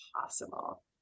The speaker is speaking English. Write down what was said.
possible